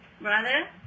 brother